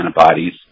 antibodies